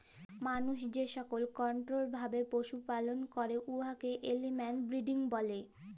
মালুস যেকল কলট্রোল্ড ভাবে পশুর লালল পালল ক্যরে উয়াকে এলিম্যাল ব্রিডিং ব্যলে